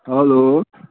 hello